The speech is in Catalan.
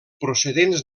procedents